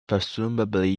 presumably